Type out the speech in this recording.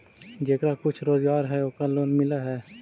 जेकरा कुछ रोजगार है ओकरे लोन मिल है?